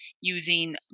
using